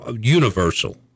universal